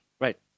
Right